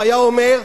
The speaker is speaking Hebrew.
והיה אומר: